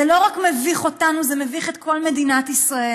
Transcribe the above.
זה לא רק מביך אותנו, זה מביך את כל מדינת ישראל.